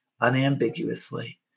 unambiguously